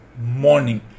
morning